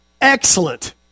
excellent